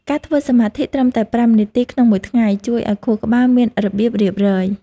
ការធ្វើសមាធិត្រឹមតែ ៥ នាទីក្នុងមួយថ្ងៃ ជួយឱ្យខួរក្បាលមានរបៀបរៀបរយ។